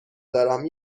دارم